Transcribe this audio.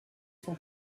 son